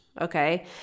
okay